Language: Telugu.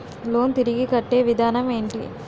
లోన్ తిరిగి కట్టే విధానం ఎంటి?